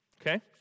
Okay